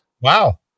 Wow